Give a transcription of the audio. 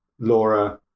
Laura